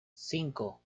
cinco